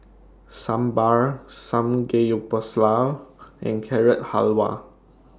Sambar Samgeyopsal and Carrot Halwa